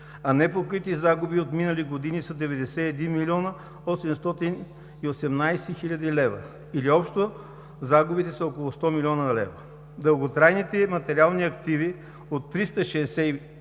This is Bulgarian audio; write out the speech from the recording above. а непокрити загуби от минали години са 91 млн. 818 хил. лв. или общо загубите са около 100 млн. лв. Дълготрайните материални активи от 363 броя